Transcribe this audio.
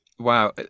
Wow